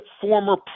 former